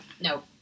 no